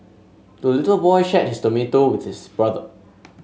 the little boy shared his tomato with his brother